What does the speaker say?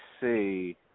see